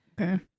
Okay